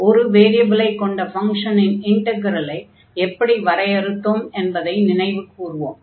ஒரு வேரியபிலைக் கொண்ட ஃபங்ஷனின் இன்டக்ரலை எப்படி வரையறுத்தோம் என்பதை நினைவுகூர்வோம்